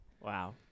Wow